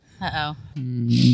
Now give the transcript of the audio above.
Uh-oh